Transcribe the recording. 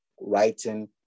writing